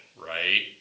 right